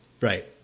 Right